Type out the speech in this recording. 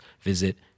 visit